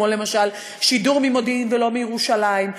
כמו למשל שידור ממודיעין ולא מירושלים,